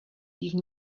even